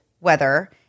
weather